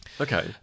okay